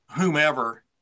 whomever